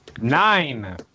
Nine